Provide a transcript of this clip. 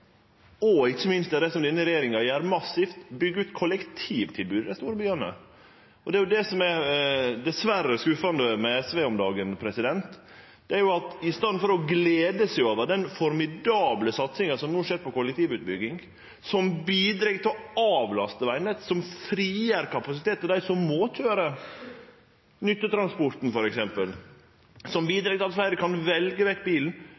– ikkje minst – det som denne regjeringa gjer massivt: å byggje ut kollektivtilbodet i dei store byane. Det som dessverre er skuffande med SV om dagen, er at dei ikkje evnar å glede seg over den formidable satsinga som no skjer på kollektivutbygging – som bidreg til å avlaste vegnettet, som frigjer kapasitet til dei som må køyre, nyttetransporten, f.eks., som bidreg til at fleire kan velje vekk bilen